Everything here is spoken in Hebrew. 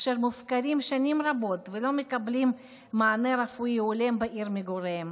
אשר מופקרים שנים רבות ולא מקבלים מענה רפואי הולם בעיר מגוריהם.